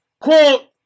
quote